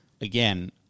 again